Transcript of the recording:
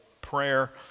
prayer